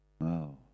Wow